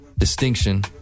Distinction